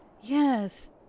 Yes